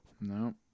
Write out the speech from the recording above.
No